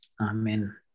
Amen